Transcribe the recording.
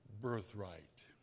birthright